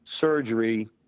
surgery